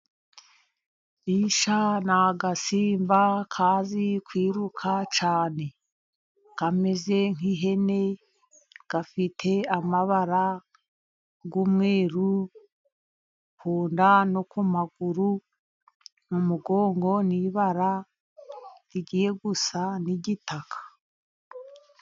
Isha ni agasimba kazi kwiruka cyane. Kameze nk'ihene, gafite amabara y'umweru ku nda no ku maguru mu mugongo ni ibara rigiye gusa n'igitaka.